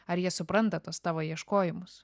ar jie supranta tuos tavo ieškojimus